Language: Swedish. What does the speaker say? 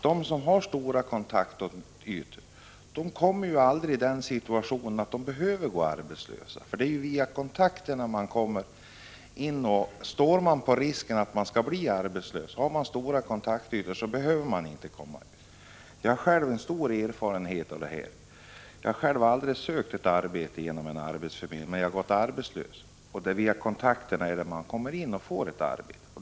De som har stora kontaktytor hamnar aldrig i den situationen att de behöver gå arbetslösa; det är via kontakterna man får anställning. Jag har själv stor erfarenhet av det här. Jag själv har aldrig sökt ett arbete genom en arbetsförmedling, men jag har gått arbetslös — det är via kontakterna man får arbete.